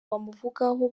bamuvugaho